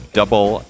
double